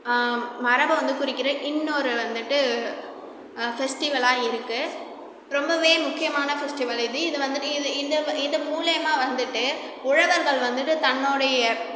மரபை வந்து குறிக்கிற இன்னொரு வந்துவிட்டு ஃபெஸ்ட்டிவலாக இருக்கு ரொம்பவே முக்கியமான ஃபெஸ்ட்டிவல் இது இது வந்துவிட்டு இது இதோட இது மூலியமாக வந்துவிட்டு உழவர்கள் வந்துவிட்டு தன்னோடைய